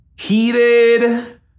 heated